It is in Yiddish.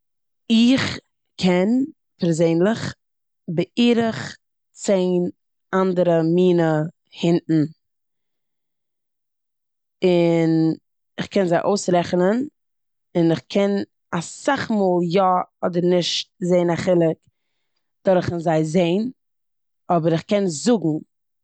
איך קען פערזענליך בערך צען אנדערע מינע הונטן און כ'קען זיי אויסרעכענען און כ'קען אסאך מאל יא אדער נישט זען א חילוק דורכן זיי זען אבער כ'קען זאגן.